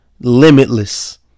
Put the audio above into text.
limitless